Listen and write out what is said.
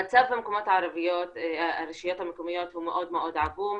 המצב ברשויות המקומיות הערביות הוא מאוד מאוד עגום.